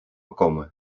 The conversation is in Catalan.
coma